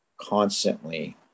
constantly